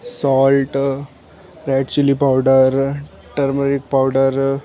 salt red chilly powder turmeric powder